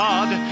God